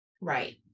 Right